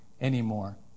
anymore